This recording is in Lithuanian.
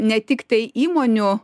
ne tiktai įmonių